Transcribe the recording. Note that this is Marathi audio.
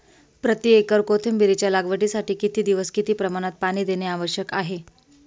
प्रति एकर कोथिंबिरीच्या लागवडीसाठी किती दिवस किती प्रमाणात पाणी देणे आवश्यक आहे?